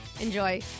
Enjoy